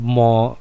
more